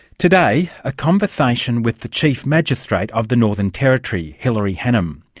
today, a conversation with the chief magistrate of the northern territory, hilary hannam.